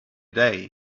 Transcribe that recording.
day